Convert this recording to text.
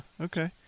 okay